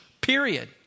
period